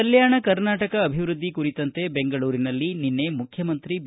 ಕಲ್ಯಾಣ ಕರ್ನಾಟಕ ಅಭಿವೃದ್ಧಿ ಕುರಿತಂತೆ ಬೆಂಗಳೂರಿನಲ್ಲಿ ನಿನ್ನೆ ಮುಖ್ಯಮಂತ್ರಿ ಬಿ